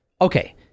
Okay